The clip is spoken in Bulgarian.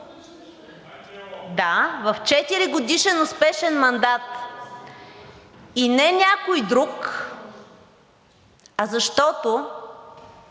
Да, в 4-годишен успешен мандат. И не някой друг, а защото